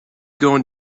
going